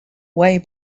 way